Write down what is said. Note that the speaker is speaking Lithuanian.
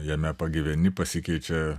jame pagyveni pasikeičia